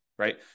right